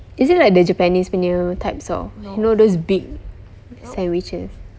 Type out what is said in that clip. is it like the japanese punya types of you know those big sandwiches